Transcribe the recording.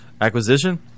Acquisition